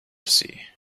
see